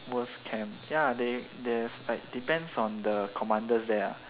worst camp ya they they have like depends on the commanders there lah